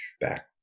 back